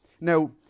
Now